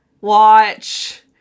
watch